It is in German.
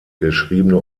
geschriebene